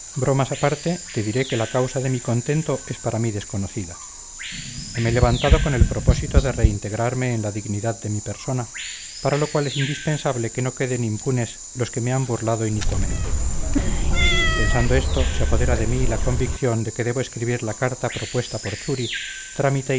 bromas aparte te diré que la causa de mi contento es para mí desconocida heme levantado con el propósito de reintegrarme en la dignidad de mi persona para lo cual es indispensable que no queden impunes los que me han burlado inicuamente pensando esto se apodera de mí la convicción de que debo escribir la carta propuesta por churi trámite